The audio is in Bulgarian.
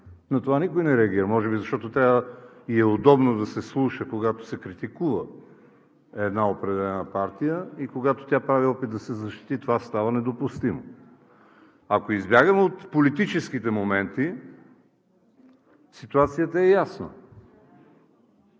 на това никой не реагира, може би защото трябва и е удобно да се слуша, когато се критикува една определена партия. Когато тя прави опит да се защити, това става недопустимо. Ако избягаме от политическите моменти, ситуацията е ясна.